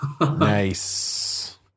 nice